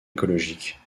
écologique